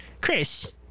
Chris